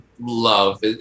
love